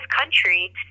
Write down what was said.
country